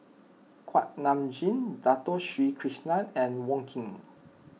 Kuak Nam Jin Dato Sri Krishna and Wong Keen